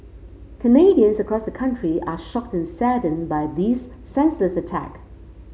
Canadians across the country are shocked and saddened by this senseless attack